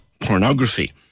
pornography